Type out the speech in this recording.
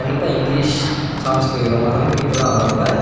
கண்டிப்பாக இங்கிலீஷ் சமஸ்கிருதம் அந்த மாதிரி பீப்பிள்லாம் வர்றப்போ